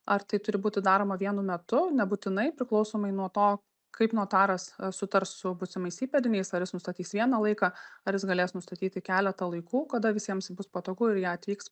ar tai turi būti daroma vienu metu nebūtinai priklausomai nuo to kaip notaras sutars su būsimais įpėdiniais ar jis nustatys vieną laiką ar jis galės nustatyti keletą laikų kada visiems bus patogu ir į ją atvyks